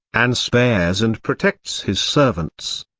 and spares and protects his servants.